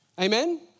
amen